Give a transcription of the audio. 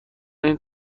این